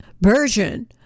version